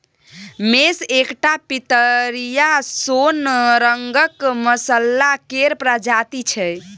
मेस एकटा पितरिया सोन रंगक मसल्ला केर प्रजाति छै